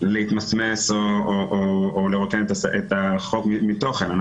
להתמסמס או לרוקן את החוק מתוכן.